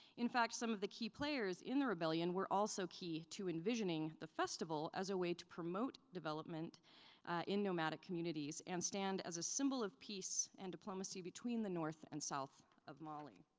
in fact, some of the key players in the rebellion were also key to envisioning the festival as a way to promote development in the nomadic communities and stand as a symbol of peace and diplomacy between the north and south of mali.